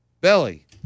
belly